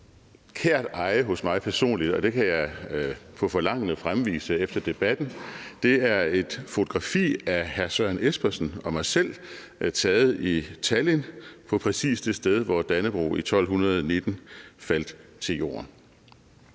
kært eje hos mig personligt – og det kan jeg på forlangende fremvise efter debatten – er et fotografi af hr. Søren Espersen og mig selv taget i Tallinn på præcis det sted, hvor Dannebrog i 1219 faldt til jorden.